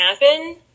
happen